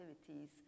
activities